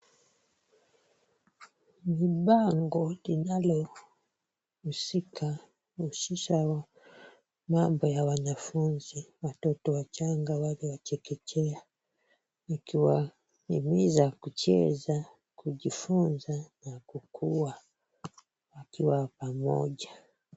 Vibango linalohusika husisha mambo ya wanafunzi, watoto wachanga, wale wa chekechea. Ikiwahimiza kucheza, kujifunza na kukua wakiwa pamoja.